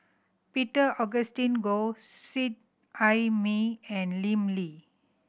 Peter Augustine Goh Seet Ai Mee and Lim Lee